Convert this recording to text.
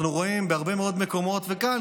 אנחנו רואים בהרבה מאוד מקומות וגם כאן,